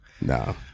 No